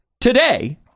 today